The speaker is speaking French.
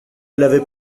l’avaient